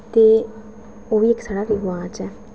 ते ओह् बी इक साढ़ा रवाज ऐ